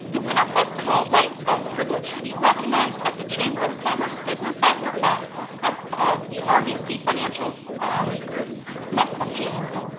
the winter festival of lights felt privileged to be recognized at the chamber of commerce business after five of the um rbc financial group's month of january.